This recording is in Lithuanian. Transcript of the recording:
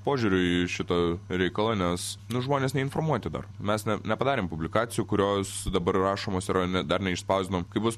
požiūriu į šitą reikalą nes nu žmonės neinformuoti dar mes ne nepadarėm publikacijų kurios dabar rašomos yra ne dar neišspausdinom kai bus